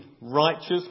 righteous